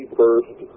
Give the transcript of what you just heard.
first